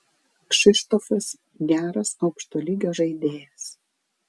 kšištofas geras aukšto lygio žaidėjas